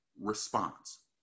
response